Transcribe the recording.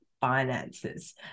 finances